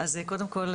אז קודם כל,